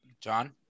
John